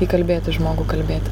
įkalbėti žmogų kalbėti